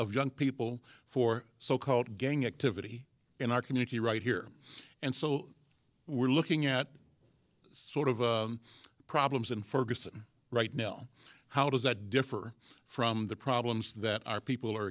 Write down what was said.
of young people for so called gang activity in our community right here and so we're looking at sort of problems in ferguson right now how does that differ from the problems that our people are